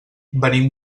venim